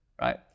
right